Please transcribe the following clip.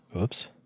Oops